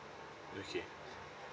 okay